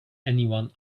anyone